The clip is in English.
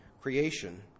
creation